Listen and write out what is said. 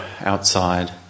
outside